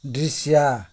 दृश्य